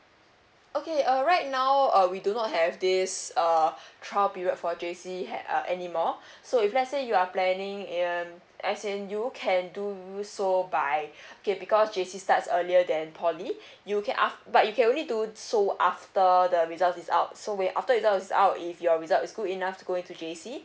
okay uh right now uh we do not have this err trial period for J_C had uh anymore so if let's say you are planning uh as in you can do so by okay because J_C starts earlier than poly you can af~ but you can only do so after the result is out so when after the result is out if your results is good enough to go into J_C